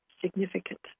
significant